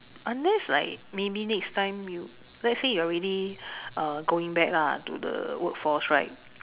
unless like maybe next time you let's say you're already uh going back lah to the workforce right